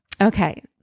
Okay